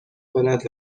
کند